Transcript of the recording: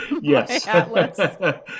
yes